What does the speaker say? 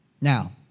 Now